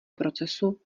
procesu